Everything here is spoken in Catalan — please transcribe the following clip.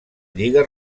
lliga